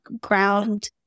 ground